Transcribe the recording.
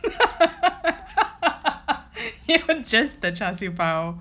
you're just the char siew bao